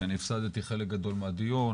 כי אני הפסדתי חלק גדול מהדיון,